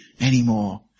anymore